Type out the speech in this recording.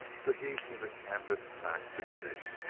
the heap in the canvas sack diminished,